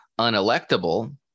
unelectable